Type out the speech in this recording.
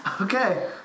Okay